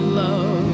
love